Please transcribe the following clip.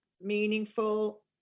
meaningful